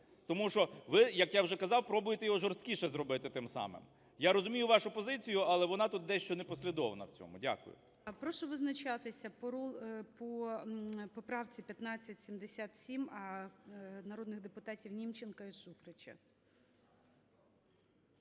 Тому що ви, як я вже казав, пробуєте його жорсткіше зробити тим самим. Я розумію вашу позицію, але вона тут дещо непослідовна в цьому. Дякую. ГОЛОВУЮЧИЙ. Прошу визначатися по поправці 1577 народних депутатівНімченка і Шуфрича.